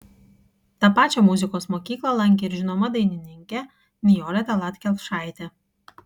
tą pačią muzikos mokyklą lankė ir žinoma dainininkė nijolė tallat kelpšaitė